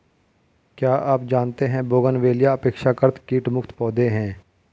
क्या आप जानते है बोगनवेलिया अपेक्षाकृत कीट मुक्त पौधे हैं?